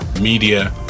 media